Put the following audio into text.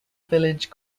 village